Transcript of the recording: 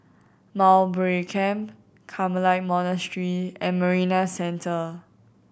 Mowbray Camp Carmelite Monastery and Marina Centre